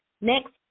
Next